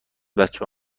بچه